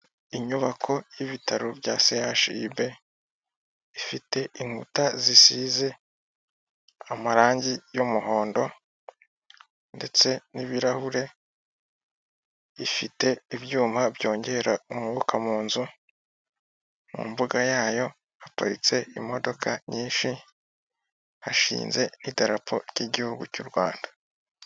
Inyubako y'ibitaro bya sehashibe ifite inkuta zisize amarange y'umuhondo ndetse n'ibirahure. Ifite ibyuma byongera umwuka mu nzu, mu mbuga yayo haparitse imodoka nyinshi, hashinze n'idarapo ry'igihugu cy'u Rwanda.